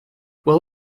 will